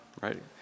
right